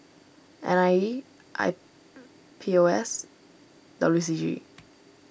N I E I P O S W C G